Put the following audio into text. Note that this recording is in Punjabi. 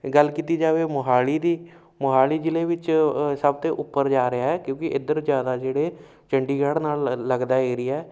ਗੱਲ ਕੀਤੀ ਜਾਵੇ ਮੋਹਾਲੀ ਦੀ ਮੋਹਾਲੀ ਜਿਲ੍ਹੇ ਵਿੱਚ ਸਭ ਤੋਂ ਉੱਪਰ ਜਾ ਰਿਹਾ ਕਿਉਂਕਿ ਇੱਧਰ ਜ਼ਿਆਦਾ ਜਿਹੜੇ ਚੰਡੀਗੜ੍ਹ ਨਾਲ ਲ ਲੱਗਦਾ ਏਰੀਆ